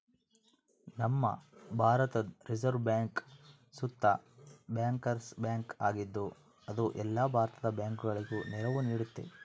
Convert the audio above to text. ನಮ್ಮ ಭಾರತುದ್ reserve bank ಸುತ ಬ್ಯಾಂಕರ್ಸ್ ಬ್ಯಾಂಕ್ ಆಗಿದ್ದು, ಇದು ಎಲ್ಲ ಭಾರತದ ಬ್ಯಾಂಕುಗುಳಗೆ ನೆರವು ನೀಡ್ತತೆ